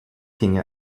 king